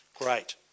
Great